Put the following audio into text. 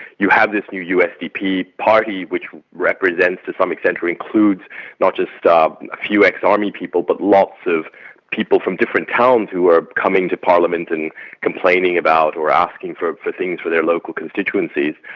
you have this new usdp party which represents to some extent or includes not just a few ex-army people but lots of people from different towns who are coming to parliament and complaining about or asking for for things for their local constituencies.